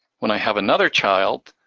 when i have another child,